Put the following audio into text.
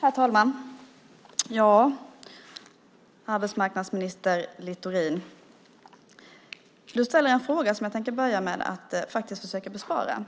Herr talman! Arbetsmarknadsminister Littorin ställde en fråga som jag tänkte börja med att försöka besvara.